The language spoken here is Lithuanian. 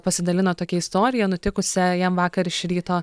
pasidalino tokia istorija nutikusia jam vakar iš ryto